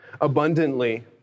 abundantly